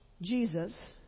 Jesus